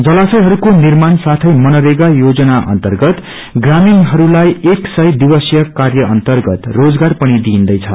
जलाशयहरूको निर्माण साौँ मनरेगा योजना अर्न्तगत ग्रामीणहरूलाई एक सय दिवसीय क्रय अर्न्तगत रोजगार पनि दिइदैछ